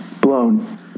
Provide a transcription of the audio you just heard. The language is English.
blown